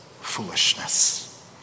foolishness